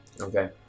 Okay